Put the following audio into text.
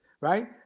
Right